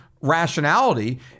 rationality